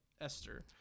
Esther